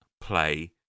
play